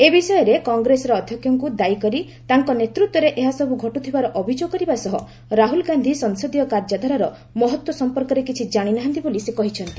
ଏ ବିଷୟରେ କଂଗ୍ରେସର ଅଧ୍ୟକ୍ଷଙ୍କୁ ଦାୟୀ କରି ତାଙ୍କ ନେତୃତ୍ୱରେ ଏହାସବୁ ଘଟୁଥିବାର ଅଭିଯୋଗ କରିବା ସହ ରାହୁଲ୍ ଗାନ୍ଧୀ ସଂସଦୀୟ କାର୍ଯ୍ୟଧାରାର ମହତ୍ତ୍ୱ ସମ୍ପର୍କରେ କିଛି ଜାଣିନାହାନ୍ତି ବୋଲି ସେ କହିଛନ୍ତି